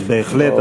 אז בהחלט,